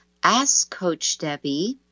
AskCoachDebbie